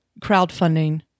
crowdfunding